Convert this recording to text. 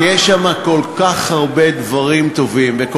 כי יש שם כל כך הרבה דברים טובים, הלוואי.